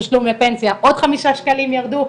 תשלום לפנסיה עוד חמישה שקלים ירדו.